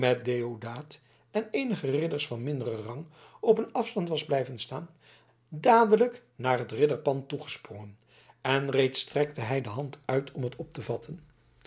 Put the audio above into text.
deodaat en eenige ridders van minderen rang op een afstand was blijven staan dadelijk naar het ridderpand toegesprongen en reeds strekte hij de hand uit om het op te vatten